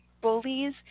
bullies